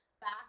Back